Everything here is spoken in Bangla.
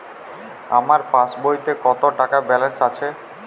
আমার পাসবইতে কত টাকা ব্যালান্স আছে?